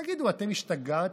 תגידו, אתם השתגעתם?